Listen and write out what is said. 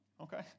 Okay